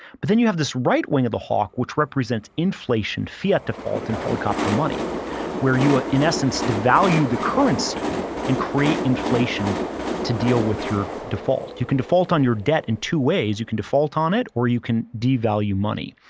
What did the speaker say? but then you have this right wing of the hawk which represents inflation, fiat default and helicopter money where you ah in essence devalue the currency and create inflation to deal with your default. you can default on your debt in two ways. you can default on it or you can devalue money.